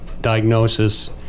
diagnosis